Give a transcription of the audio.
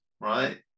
right